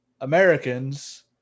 Americans